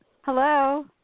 Hello